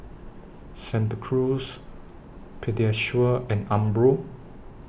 Santa Cruz Pediasure and Umbro